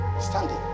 standing